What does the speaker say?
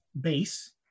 base